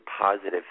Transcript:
positive